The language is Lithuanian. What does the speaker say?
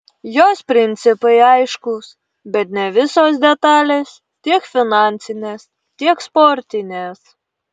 jos principai aiškūs bet ne visos detalės tiek finansinės tiek sportinės